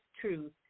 truth